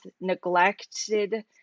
neglected